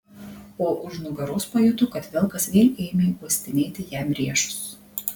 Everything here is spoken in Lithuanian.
o už nugaros pajuto kad vilkas vėl ėmė uostinėti jam riešus